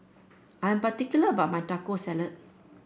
I am particular about my Taco Salad